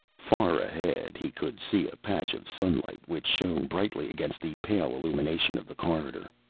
far ahead, he could see a patch of sunlight which shone brightly against the pale illumination of the corridor.